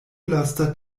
lasta